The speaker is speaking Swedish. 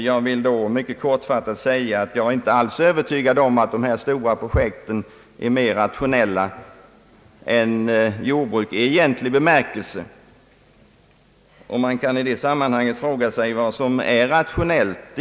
Jag vill då mycket kortfattat säga att jag inte alls är övertygad om att dessa stora projekt är mera rationella än jordbruk i egentlig bemärkelse. Man kan i detta sammanhang fråga sig vad som verkligen är rationellt.